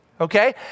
okay